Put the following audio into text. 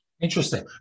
Interesting